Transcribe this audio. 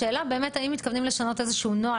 השאלה היא באמת האם מתכוונים לשנות איזשהו נוהל,